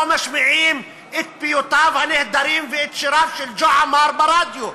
משמיעים את פיוטיו הנהדרים ואת שיריו של ג'ו עמר ברדיו,